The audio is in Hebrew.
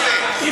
זה לא יפה.